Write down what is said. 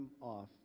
off